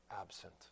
absent